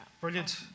Brilliant